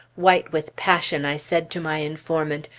white with passion i said to my informant,